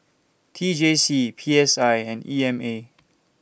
T J C P S I and E M A